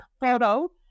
photo